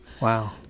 wow